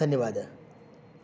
धन्यवादः